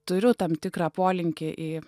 turiu tam tikrą polinkį į